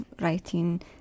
writing